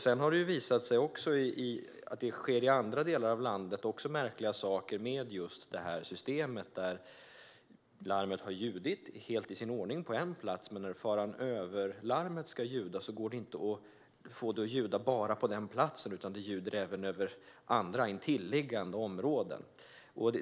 Det har visat sig att det i andra delar av landet också sker märkliga saker med just det här systemet. Larmet har ljudit helt i sin ordning på en plats, men när faran-över-larmet ska ljuda går det inte att få det att ljuda bara på den platsen utan det ljuder även över andra, intilliggande områden.